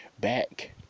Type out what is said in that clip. back